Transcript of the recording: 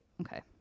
okay